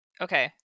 Okay